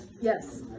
Yes